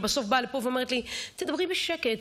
ובסוף באה לפה ואומרת לי: תדברי בשקט,